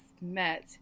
met